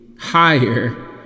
higher